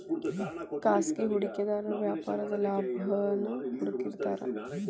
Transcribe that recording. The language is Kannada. ಖಾಸಗಿ ಹೂಡಿಕೆದಾರು ವ್ಯಾಪಾರದಾಗ ಲಾಭಾನ ಹುಡುಕ್ತಿರ್ತಾರ